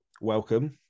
welcome